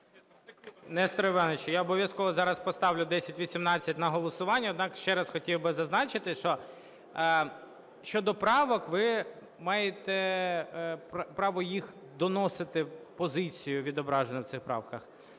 Несторе Івановичу, я обов'язково зараз поставлю 1018 на голосування. Однак, ще раз хотів би зазначити, що щодо правок, ви маєте право доносити позицію, відображену в цих правках.